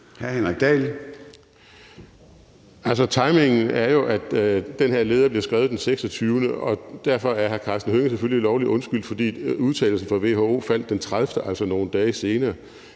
Dahl (LA): Altså, timingen er jo, at den her leder blev skrevet den 26. januar, og derfor er hr. Karsten Hønge jo selvfølgelig lovlig undskyldt, fordi udtalelsen fra WHO faldt den 30. januar, altså nogle dage senere.